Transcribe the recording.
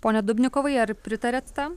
pone dubnikovai ar pritariat tam